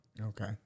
Okay